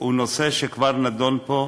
הוא נושא שכבר נדון פה,